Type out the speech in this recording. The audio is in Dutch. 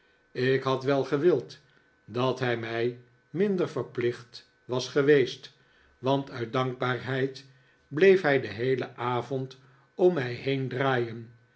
ik had wel gewild dat hij mij minder verplicht was geweest want uit dankbaarheid bleef hij den heelen avond om mij heen draaien